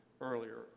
earlier